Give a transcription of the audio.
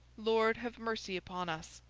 lord, have mercy upon us!